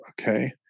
okay